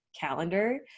calendar